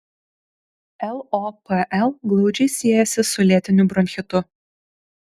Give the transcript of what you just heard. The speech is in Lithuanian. lopl glaudžiai siejasi su lėtiniu bronchitu